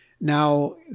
Now